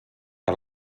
que